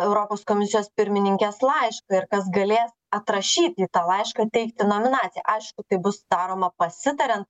europos komisijos pirmininkės laišką ir kas galės atrašyti į tą laišką teikti nominaciją aišku tai bus daroma pasitariant